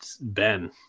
Ben